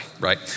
right